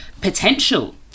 Potential